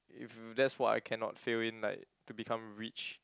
if that's why I cannot fail in like to become rich